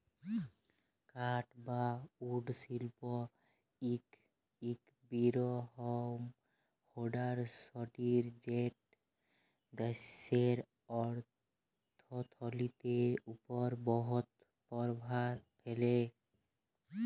কাঠ বা উড শিল্প ইক বিরহত্তম ইল্ডাসটিরি যেট দ্যাশের অথ্থলিতির উপর বহুত পরভাব ফেলে